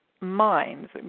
minds